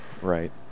Right